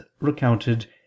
recounted